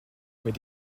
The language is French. avait